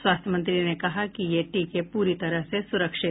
स्वास्थ्य मंत्री ने कहा कि ये टीके पूरी तरह से सुरक्षित हैं